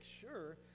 sure